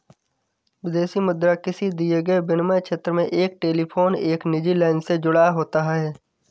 विदेशी मुद्रा किसी दिए गए विनिमय क्षेत्र में एक टेलीफोन एक निजी लाइन से जुड़ा होता है